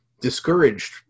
discouraged